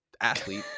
athlete